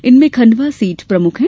इनमें खंडवा सीट प्रमुख है